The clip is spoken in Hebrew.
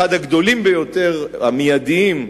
אחד הגדולים ביותר, המיידיים,